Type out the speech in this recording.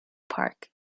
park